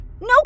No